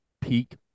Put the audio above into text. peak